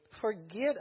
Forget